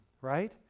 Right